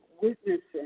witnessing